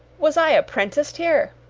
was i apprenticed here!